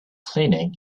cleaning